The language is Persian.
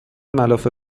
ملافه